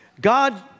God